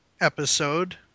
episode